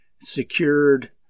secured